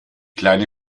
kleine